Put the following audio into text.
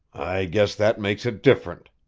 i guess that makes it different,